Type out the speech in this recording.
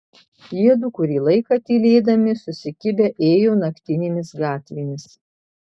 jiedu kurį laiką tylėdami susikibę ėjo naktinėmis gatvėmis